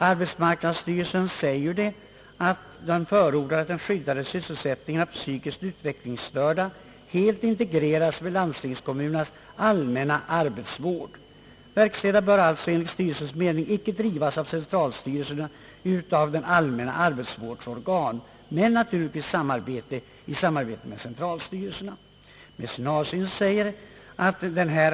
Arbetsmarknadsstyrelsen förordar att den skyddade sysselsättningen av psykiskt utvecklingsstörda helt integreras med landstingskommunernas allmänna arbetsvård. Verkstäderna bör alltså enligt styrelsens mening icke drivas av centralstyrelserna utan av allmänna arbetsvårdsorgan men naturligtvis i samarbete med centralstyrelserna då det gäller de utvecklingsstörda.